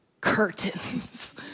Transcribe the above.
Curtains